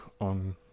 on